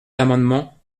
l’amendement